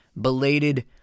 belated